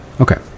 Okay